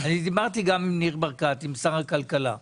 אני דיברתי גם עם שר הכלכלה ניר ברקת,